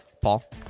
Paul